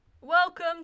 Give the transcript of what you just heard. Welcome